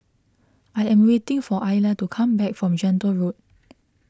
I am waiting for Ayla to come back from Gentle Road